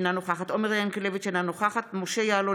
אינה נוכחת עומר ינקלביץ' אינה נוכחת משה יעלון,